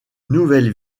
nouvelle